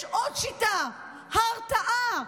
יש עוד שיטה, הרתעה,